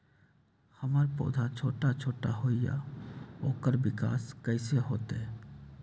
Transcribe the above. हमर पौधा छोटा छोटा होईया ओकर विकास कईसे होतई?